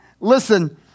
listen